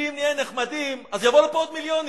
כי אם נהיה נחמדים אז יבואו לפה עוד מיליונים,